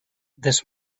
this